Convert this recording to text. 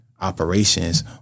Operations